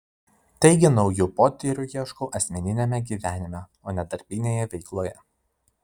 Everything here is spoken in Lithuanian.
taigi naujų potyrių ieškau asmeniniame gyvenime o ne darbinėje veikloje